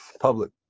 Public